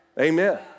Amen